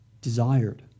desired